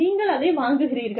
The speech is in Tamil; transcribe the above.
நீங்கள் அதை வாங்குகிறீர்கள்